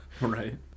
right